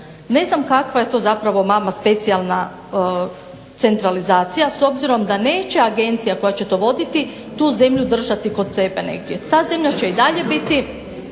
ne znam kakva je to zapravo specijalna centralizacija s obzirom da neće agencija koja će to voditi tu zemlju držati kod sebe negdje. Ta zemlja će i dalje biti